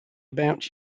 about